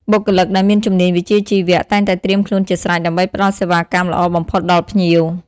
បុគ្គលិកដែលមានជំនាញវិជ្ជាជីវៈ តែងតែត្រៀមខ្លួនជាស្រេចដើម្បីផ្តល់សេវាកម្មល្អបំផុតដល់ភ្ញៀវ។